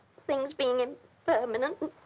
things being and impermanent